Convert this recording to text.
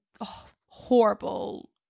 horrible